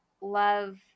love